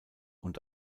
und